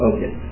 Okay